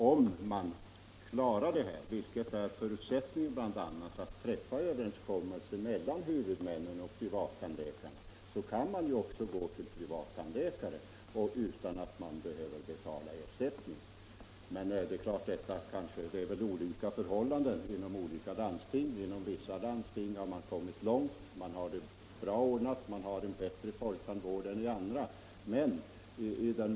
Om man klarar av — vilket är en av förutsättningarna — att träffa överenskommelse mellan huvudmän och privattandläkare kommer människor också att kunna gå till privattandläkarna utan att behöva betala ersättning. Men det är klart att det råder olika förhållanden inom olika landsting. Inom vissa landsting har man kommit långt och har en bättre folktandvård än i andra landsting.